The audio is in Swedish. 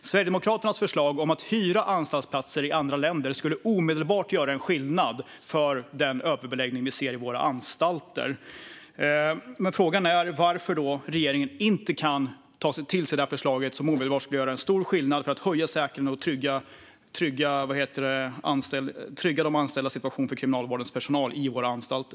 Sverigedemokraternas förslag om att hyra anstaltsplatser i andra länder skulle omedelbart göra skillnad för den överbeläggning vi ser i våra anstalter. Frågan är varför regeringen inte kan ta till sig det förslaget, som omedelbart skulle göra stor skillnad för att höja säkerheten och trygga situationen för kriminalvårdens personal i våra anstalter.